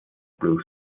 blue